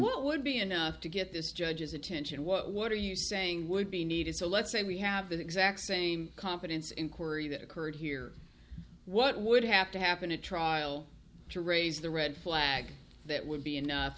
it would be enough to get this judge's attention what are you saying would be needed so let's say we have that exact same confidence inquiry that occurred here what would have to happen at trial to raise the red flag that would be enough